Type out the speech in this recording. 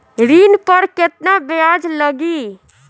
ऋण पर केतना ब्याज लगी?